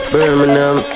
Birmingham